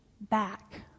back